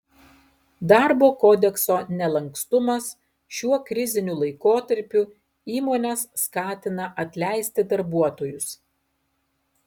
darbo kodekso nelankstumas šiuo kriziniu laikotarpiu įmones skatina atleisti darbuotojus